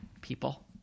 people